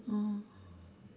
oh